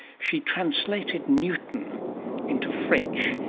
she translated newton into french,